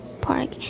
Park